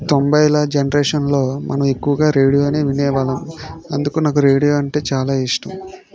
తొంభైల జనరేషన్లో మనం ఎక్కువగా రేడియోనే వినేవాళ్ళం అందుకు నాకు రేడియో అంటే చాలా ఇష్టం